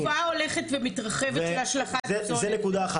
התקופה הולכת ומתרחבת להשלכת פסולת --- זו נקודה אחת,